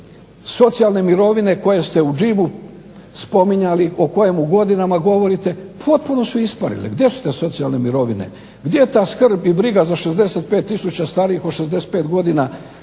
socijalne mirovine koje ste u …/Govornik se ne razumije./… spominjali, o kojemu godinama govorite, potpuno su isparili, gdje su te socijalne mirovine? Gdje je ta skrb i briga za 65 tisuća starijih od 65 godina